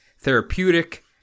therapeutic